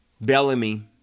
Bellamy